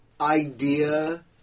idea